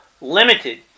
limited